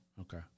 Okay